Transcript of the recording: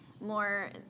more